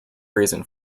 reason